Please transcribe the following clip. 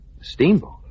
steamboat